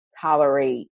tolerate